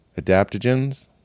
adaptogens